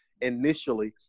initially